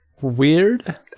Weird